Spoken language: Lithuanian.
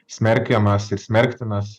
smerkiamas ir smerktinas